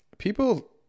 People